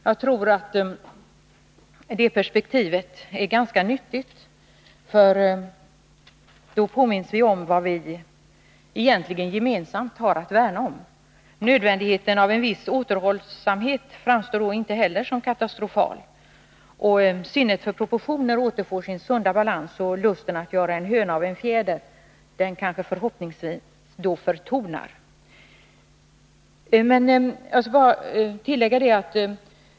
Jag tror att det perspektivet är ganska nyttigt, för då påminns vi om vad vi gemensamt har att värna om. Nödvändigheten av en viss återhållsamhet framstår då inte heller som katastrofal. Sinnet för proportioner återställs och förhoppningsvis förtonar lusten att göra en höna av en fjäder.